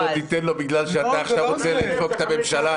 לא תיתן לו בגלל שאתה רוצה לדפוק את הממשלה?